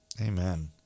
Amen